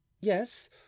Yes